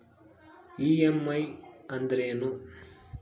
EMI ಅಂದ್ರೇನು?